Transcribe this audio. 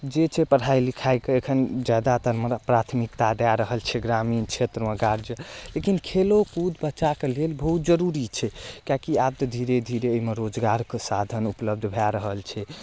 जे छै पढ़ाइ लिखाइके एखन जादातर प्राथमिकता दए रहल छै ग्रामीण क्षेत्रमे लेकिन खेलो कूद बच्चाके लेल बहुत जरूरी छै किएक कि आब तऽ धीरे धीरे ओइमे रोजगारके साधन उपलब्ध भए रहल छै